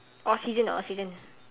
oxygen ah oxygen